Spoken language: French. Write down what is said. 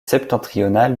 septentrional